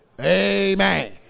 amen